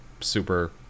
super